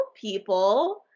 people